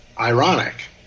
ironic